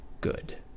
good